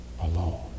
alone